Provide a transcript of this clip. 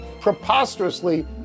preposterously